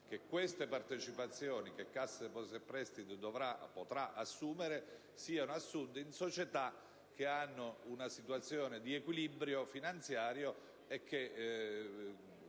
che queste partecipazioni, che Cassa depositi e prestiti potrà assumere, dovrebbero essere assunte in società che hanno una situazione di equilibrio finanziario e che